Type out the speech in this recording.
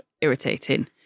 irritating